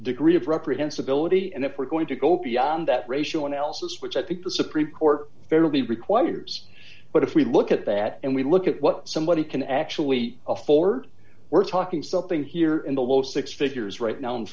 degree of represents ability and if we're going to go beyond that ratio and else which i think the supreme court fairly requires but if we look at that and we look at what somebody can actually afford we're talking something here in the low six figures right now and